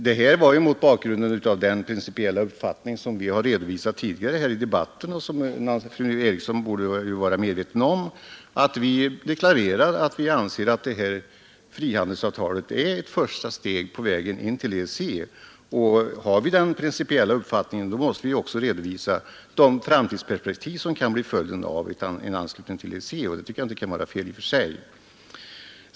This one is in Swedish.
Detta sade jag dock mot bakgrunden av den principiella uppfattning, som vi har redovisat tidigare i debatten och som fru Eriksson borde vara medveten om, nämligen att vi anser att detta frihandelsavtal är ett första steg på väg in i EEC. Har vi denna principiella uppfattning måste vi också redovisa de framtidsperspektiv som kan bli följden av en anslutning till EEC. Det tycker jag inte kan vara fel.